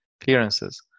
clearances